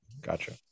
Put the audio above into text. gotcha